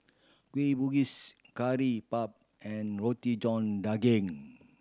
Kueh Bugis Curry Puff and Roti John Daging